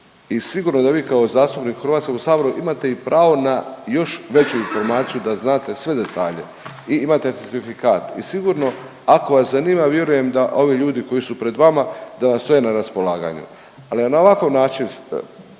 i sigurno da vi kao zastupnik u Hrvatskom saboru imate i pravo na još veću informaciju da znate sve detalje i imate certifikat i sigurno ako vas zanima vjerujem da ovi ljudi koji su pred vama da vam stoje na raspolaganju. Ali na ovakav način,